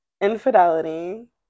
infidelity